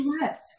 yes